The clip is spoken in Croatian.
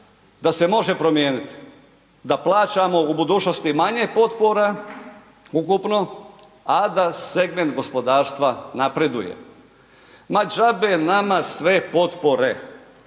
da se može promijeniti, da plaćamo u budućnosti manje potpora ukupno a da segment gospodarstva napreduje. Ma džabe nama sve potpore